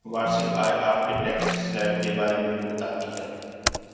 वार्षिक आय आपके टैक्स स्लैब के बारे में भी बताती है